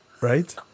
right